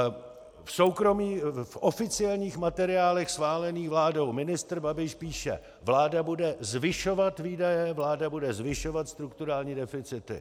V oficiálních materiálech schválených vládou ministr Babiš píše: Vláda bude zvyšovat výdaje, vláda bude zvyšovat strukturální deficity.